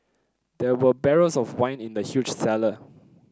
there were barrels of wine in the huge cellar